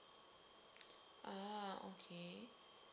ah okay